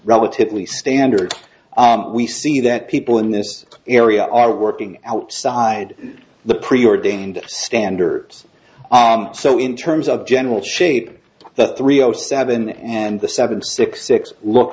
relatively standard we see that people in this area are working outside the preordained standards so in terms of general shape the three zero seven and the seven six six look